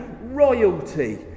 royalty